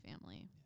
family